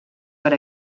per